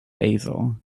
basil